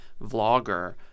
vlogger